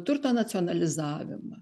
turto nacionalizavimą